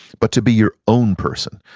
but to be your own person.